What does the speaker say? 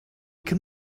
can